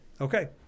Okay